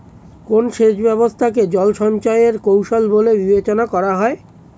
কোন সেচ ব্যবস্থা কে জল সঞ্চয় এর কৌশল বলে বিবেচনা করা হয়?